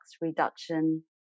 reduction